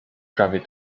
prawie